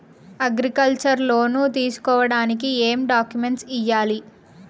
Agriculture loan తీసుకోడానికి ఏం డాక్యుమెంట్లు ఇయ్యాలి?